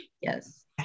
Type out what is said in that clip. Yes